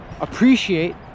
appreciate